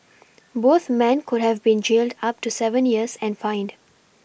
both men could have been jailed up to seven years and fined